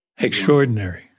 Extraordinary